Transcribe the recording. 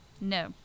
No